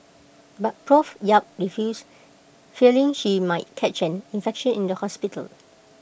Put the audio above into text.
but Prof yap refused fearing she might catching infection in the hospital